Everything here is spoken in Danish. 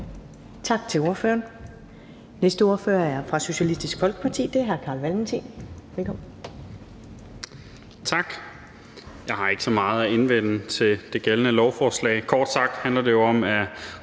Tak til ordføreren. Den næste ordfører er fra Socialistisk Folkeparti, og det er hr. Carl Valentin. Velkommen. Kl. 15:20 (Ordfører) Carl Valentin (SF): Tak. Jeg har ikke så meget at indvende mod det pågældende lovforslag. Kort sagt handler det om at